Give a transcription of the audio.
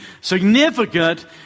significant